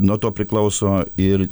nuo to priklauso ir